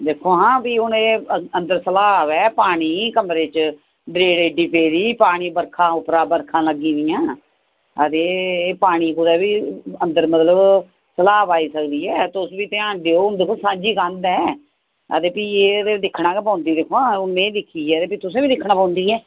दिक्खो हां फ्ही हून एह् अंदर सलाव ऐ पानी कमरे च द्रेड़ एड्डी पेदी पानी उप्परा बरखा लग्गी दियां अदे एह् पानी कुदै बी अंदर मतलब पानी सलाव आई सकदी ऐ तुस बी ध्यान देओ एह् दिक्खो सांझी कंध ऐ अदे फ्ही एह् ते दिक्खना गै पौंदी दिक्खो हां हून में दिक्खी ऐ ते फ्ही तुसें बी दिक्खना पौंदी ऐ